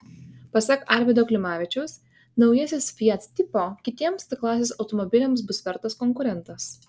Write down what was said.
pasak arvydo klimavičiaus naujasis fiat tipo kitiems c klasės automobiliams bus vertas konkurentas